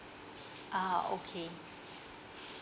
ah okay